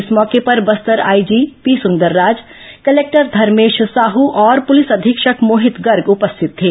इस मौके पर बस्तर आईजी पीसुंदरराज कलेक्टर धर्मेश साह और पुलिस अधीक्षक मोहित गर्ग उपस्थित थे